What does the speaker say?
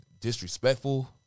disrespectful